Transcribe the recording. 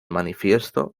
manifiesto